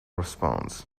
response